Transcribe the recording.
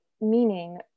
meaning